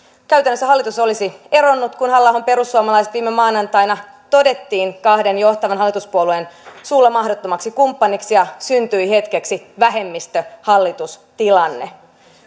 käytännössä hallitus olisi eronnut kun halla ahon perussuomalaiset viime maanantaina todettiin kahden johtavan hallituspuolueen suulla mahdottomaksi kumppaniksi ja syntyi hetkeksi vähemmistöhallitustilanne